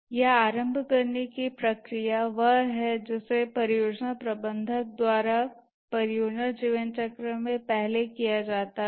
यह आरंभ करने की प्रक्रिया वह है जिसे परियोजना प्रबंधक द्वारा परियोजना जीवनचक्र में पहले किया जाता है